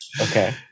Okay